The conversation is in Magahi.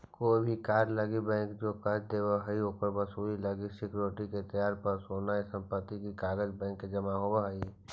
कोई भी कार्य लागी बैंक जे कर्ज देव हइ, ओकर वसूली लागी सिक्योरिटी के तौर पर सोना या संपत्ति के कागज़ बैंक में जमा होव हइ